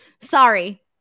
Sorry